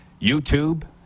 YouTube